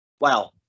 Wow